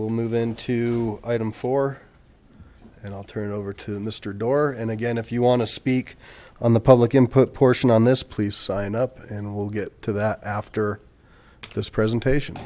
we'll move into item four and i'll turn it over to mister doar and again if you want to speak on the public input portion on this please sign up and we'll get to that after this presentation